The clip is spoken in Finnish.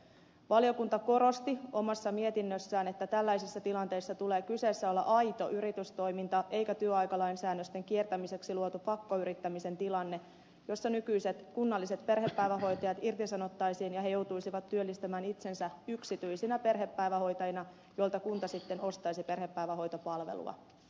valiokunta korosti omassa mietinnössään että tällaisissa tilanteissa tulee kyseessä olla aito yritystoiminta eikä työaikalain säännösten kiertämiseksi luotu pakkoyrittämisen tilanne jossa nykyiset kunnalliset perhepäivähoitajat irtisanottaisiin ja he joutuisivat työllistämään itsensä yksityisinä perhepäivähoitajina joilta kunta sitten ostaisi perhepäivähoitopalvelua